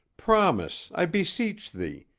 promise, i beseech thee,